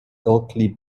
ilkley